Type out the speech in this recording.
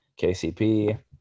KCP